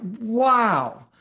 wow